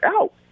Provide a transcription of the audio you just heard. out